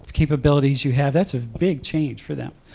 capabilities you have, that's a big change for them.